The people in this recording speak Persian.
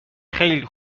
خیلی